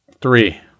Three